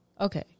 okay